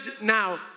now